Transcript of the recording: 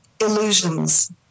illusions